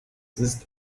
ist